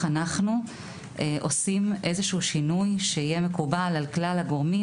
אנחנו עושים שינוי שיהיה מקובל על כלל הגורמים.